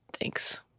thanks